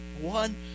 one